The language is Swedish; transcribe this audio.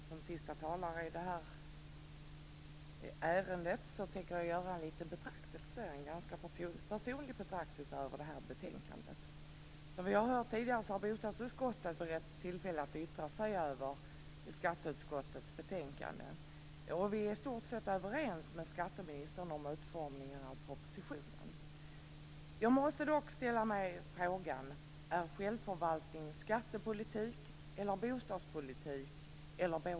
Fru talman! Som sista talare i det här ärendet tänker jag göra en ganska personlig betraktelse över det här betänkandet. Som vi har hört tidigare har bostadsutskottet beretts tillfälle att yttra sig över skatteutskottets betänkande. Vi är i stort sett överens med skatteministern om utformningen av propositionen. Jag måste dock ställa mig frågan: Är självförvaltning skattepolitik eller bostadspolitik eller både-och?